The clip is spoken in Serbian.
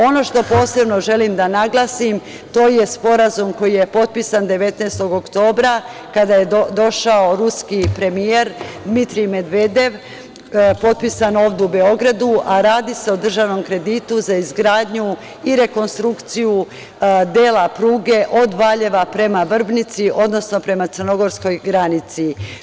Ono što posebno želim da naglasim, to je sporazum koji je potpisan 19. oktobra kada je došao ruski premijer Dmitrij Medvedev, potpisan ovde u Beogradu, a radi se o državnom kreditu za izgradnju i rekonstrukciju dela pruge od Valjeva prema Vrbnici, odnosno prema crnogorskoj granici.